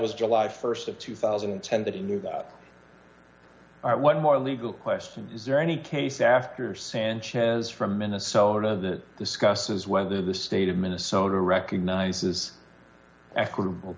was july st of two thousand and ten that he knew about one more legal question is there any case after sanchez from minnesota that discusses whether the state of minnesota recognizes equitable